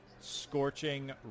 Scorching